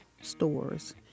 stores